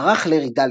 ערך לארי ד.